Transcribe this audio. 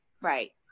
Right